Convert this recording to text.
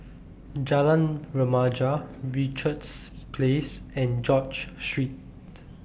Jalan Remaja Richards Place and George Street